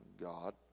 God